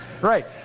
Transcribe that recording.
right